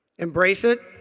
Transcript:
embrace it.